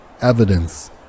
evidence